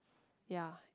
yeah